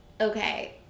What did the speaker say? Okay